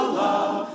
love